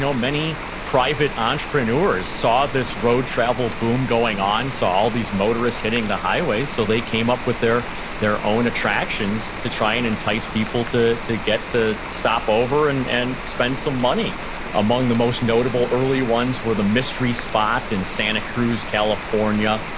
many private entrepreneurs saw this road travel boom going on, saw all these motorists hitting the highways, so they came up with their their own attractions to try and entice people to to get to stop over and and spend some money among the most notable early ones were, the mystery spot, in santa cruz, california.